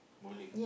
bowling